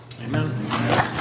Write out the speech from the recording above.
Amen